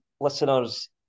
listeners